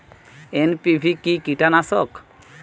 NPV কি কীটনাশক?